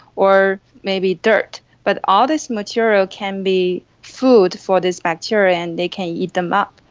or maybe dirt. but all this material can be food for this bacteria and they can eat them up.